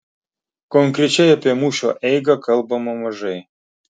konkrečiai apie mūšio eigą kalbama mažai